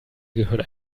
gehören